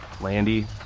Landy